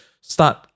start